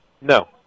No